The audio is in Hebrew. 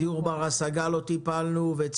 בנושא דיור בר-השגה לא טיפלנו ובנושא